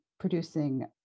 producing